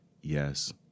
yes